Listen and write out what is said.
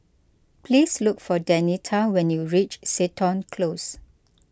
please look for Denita when you reach Seton Close